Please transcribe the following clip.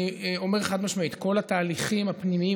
אני אומר חד-משמעית: כל התהליכים הפנימיים